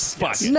Yes